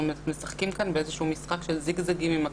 אנחנו משחקים כאן באיזשהו משחק של זיגזגים עם הקטין.